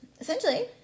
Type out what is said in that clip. essentially